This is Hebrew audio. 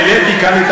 מה זה?